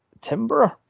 Timber